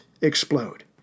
explode